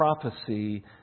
prophecy